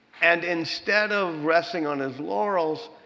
and instead of resting on his laurels,